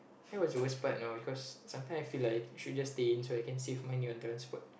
that was the worst part you know because sometimes I feel like we should just stay in so I can save money on transport